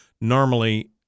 normally –